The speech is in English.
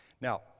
Now